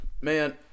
Man